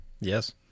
yes